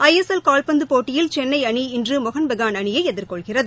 ஐ S L கால்பந்துப் போட்டியில் சென்னை அணி இன்று மோகன் பெஹான் அணியை எதிர்கொள்கிறது